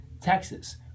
Texas